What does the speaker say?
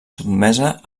sotmesa